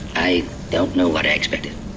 i. don't know what i expected.